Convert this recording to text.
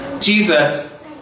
Jesus